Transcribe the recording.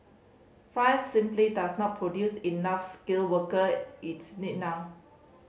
France simply does not produce enough skilled worker its need now